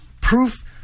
proof